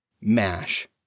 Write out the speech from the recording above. MASH